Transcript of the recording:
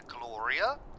Gloria